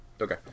Okay